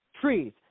trees